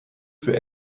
für